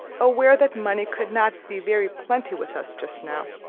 aware that money could not be very plenty with us just now,